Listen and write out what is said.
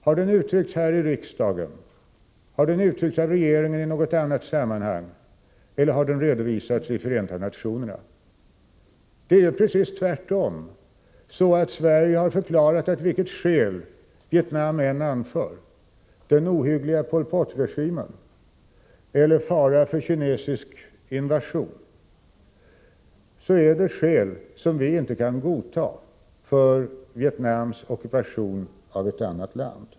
Har den uttryckts här i riksdagen, har den uttryckts av regeringen i något sammahang, har den redovisats i Förenta nationerna? Det är tvärtom så att Sverige har förklarat att vilket skäl Vietnam än anför — den ohyggliga Pol Pot-regimen eller faran för kinesisk invasion — så är detta skäl vi inte kan godta för Vietnams ockupation av ett annat land.